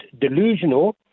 delusional